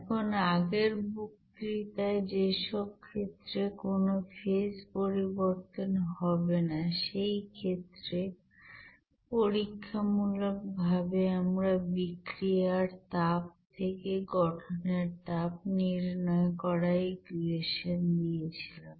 এখন আগের বক্তৃতায় যেসব ক্ষেত্রে কোন ফেজ পরিবর্তন হবে না সেই ক্ষেত্রে পরীক্ষামুলকভাবে আমরা বিক্রিয়ার তাপ থেকে গঠনের তাপ নির্ণয় করার ইকুয়েশন দিয়েছিলাম